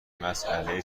مسئله